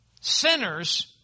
sinners